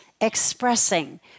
expressing